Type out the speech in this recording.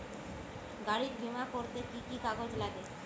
গাড়ীর বিমা করতে কি কি কাগজ লাগে?